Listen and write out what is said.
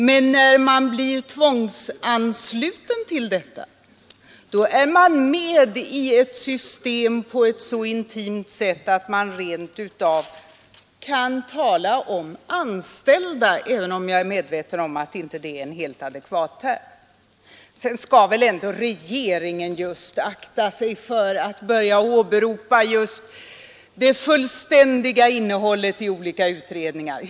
Men när man blir tvångsansluten till detta, då är man med i ett system på ett så intimt sätt att vi rent av kan tala om ”anställda”, även om jag är medveten om att det inte är en helt adekvat term. Sedan skall väl ändå regeringen just akta sig för att börja åberopa innehållet i olika utredningar.